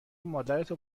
مادرتو